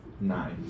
Nine